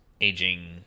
aging